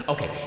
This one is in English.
Okay